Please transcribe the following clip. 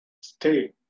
stay